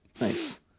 nice